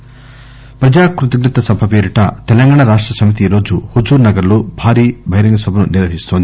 ప్రజా కృతజ్ఞత సభ పేరిట తెలంగాణ రాష్ట సమితి ఈ రోజు హుజూర్ నగర్ లో భారీ బహిరంగ సభ ను నిర్వహిస్తోంది